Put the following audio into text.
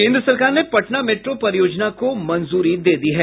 केन्द्र सरकार ने पटना मेट्रो परियोजना को मंजूरी दे दी है